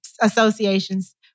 associations